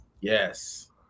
yes